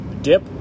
dip